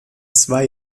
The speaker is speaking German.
zwei